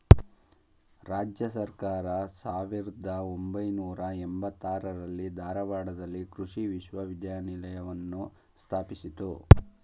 ರಾಜ್ಯ ಸರ್ಕಾರ ಸಾವಿರ್ದ ಒಂಬೈನೂರ ಎಂಬತ್ತಾರರಲ್ಲಿ ಧಾರವಾಡದಲ್ಲಿ ಕೃಷಿ ವಿಶ್ವವಿದ್ಯಾಲಯವನ್ನು ಸ್ಥಾಪಿಸಿತು